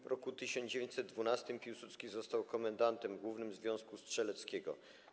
W roku 1912 Piłsudski został komendantem głównym Związku Strzeleckiego.